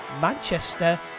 Manchester